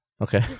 okay